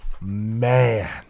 Man